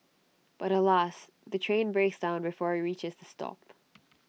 but alas the train breaks down before IT reaches the stop